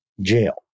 jail